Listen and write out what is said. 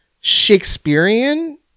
Shakespearean